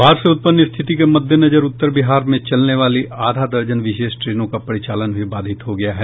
बाढ़ से उत्पन्न स्थिति के मद्देनजर उत्तर बिहार में चलने वाली आधा दर्जन विशेष ट्रेनों का परिचालन भी बाधित हो गया है